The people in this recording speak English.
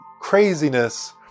craziness